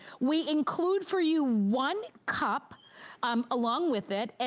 we include for you one cup um along with it. and